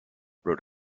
wrote